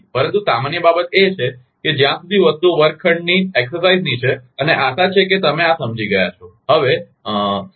પરંતુ સામાન્ય બાબત એ છે કે જ્યાં સુધી વસ્તુઓ વર્ગખંડની કવાયતની છે અને આશા છે કે તમે આ સમજી ગયા છો